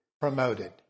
promoted